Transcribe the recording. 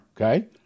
okay